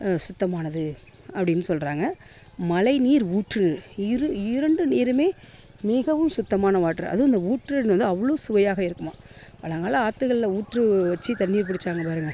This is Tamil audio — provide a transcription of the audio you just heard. சுத்தமானது அப்படின்னு சொல்றாங்க மழை நீர் ஊற்று இரு இரண்டு நீருமே மிகவும் சுத்தமான வாட்டரு அதுவும் இந்த ஊற்று நீர் வந்து அவ்வளோ சுவையாக இருக்குமாம் பழங்கால ஆத்துகளில் ஊற்று வச்சு தண்ணீர் பிடிச்சாங்க பாருங்கள்